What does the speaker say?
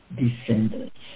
descendants